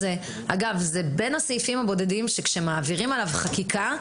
זה בין הסעיפים הבודדים שכאשר מעבירים עליו חקיקה,